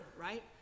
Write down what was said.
right